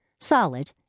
solid